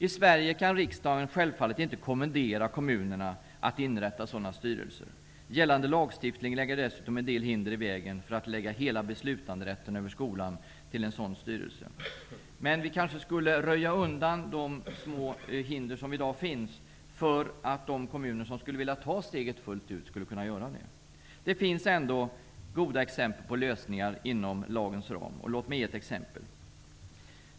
I Sverige kan riksdagen självfallet inte kommendera kommunerna att inrätta sådana styrelser. Gällande lagstiftning lägger dessutom en del hinder i vägen för att överföra hela beslutanderätten över skolan till en sådan styrelse. Men vi borde kanske röja undan en del av de hinder som finns för att göra det möjligt för de kommuner som skulle vilja ta steget fullt ut att kunna göra det. Det finns ändå goda exempel på lösningar inom lagens ram. Låt mig ge ett exempel.